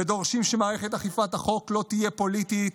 ודורשים שמערכת אכיפת החוק לא תהיה פוליטית,